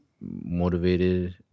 motivated